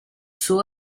suo